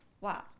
Wow